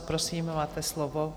Prosím, máte slovo.